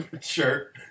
Sure